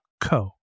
co